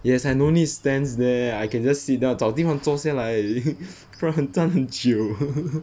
yes I no needs stands there I can just sit down 找地方坐下来而已 不然站很久